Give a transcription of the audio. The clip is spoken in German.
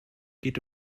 geht